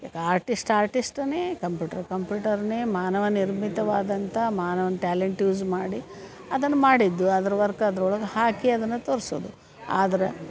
ಈಗ ಆರ್ಟಿಸ್ಟ್ ಆರ್ಟಿಸ್ಟನೇ ಕಂಪ್ಯೂಟ್ರ್ ಕಂಪ್ಯೂಟರ್ನೇ ಮಾನವನಿರ್ಮಿತವಾದಂಥ ಮಾನವನ ಟ್ಯಾಲೆಂಟ್ ಯೂಸ್ ಮಾಡಿ ಅದನ್ನು ಮಾಡಿದ್ದು ಅದರ ವರ್ಕ್ ಅದ್ರೊಳಗೆ ಹಾಕಿ ಅದನ್ನು ತೋರಿಸೋದು ಆದರೆ